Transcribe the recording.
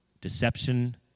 deception